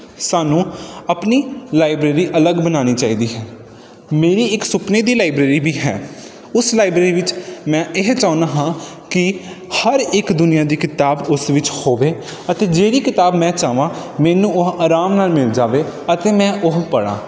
ਸਾਨੂੰ ਆਪਣੀ ਲਾਈਬ੍ਰੇਰੀ ਅਲੱਗ ਬਣਾਉਣੀ ਚਾਹੀਦੀ ਹੈ ਮੇਰੀ ਇੱਕ ਸੁਪਨੇ ਦੀ ਲਾਈਬ੍ਰੇਰੀ ਵੀ ਹੈ ਉਸ ਲਾਈਬ੍ਰੇਰੀ ਵਿੱਚ ਮੈਂ ਇਹ ਚਾਹੁੰਦਾ ਹਾਂ ਕਿ ਹਰ ਇੱਕ ਦੁਨੀਆਂ ਦੀ ਕਿਤਾਬ ਉਸ ਵਿੱਚ ਹੋਵੇ ਅਤੇ ਜਿਹੜੀ ਕਿਤਾਬ ਮੈਂ ਚਾਹਵਾਂ ਮੈਨੂੰ ਉਹ ਆਰਾਮ ਨਾਲ ਮਿਲ ਜਾਵੇ ਅਤੇ ਮੈਂ ਉਹ ਪੜ੍ਹਾਂ